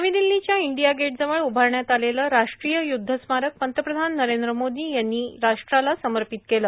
नवी दिल्लीच्या India Gate जवळ उभारण्यात आलेलं राष्ट्रीय युद्ध स्मारक पंतप्रधान नरेंद्र मोदी यांनी राष्ट्राला समर्पित केलं